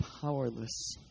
powerless